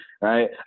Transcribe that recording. right